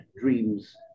dreams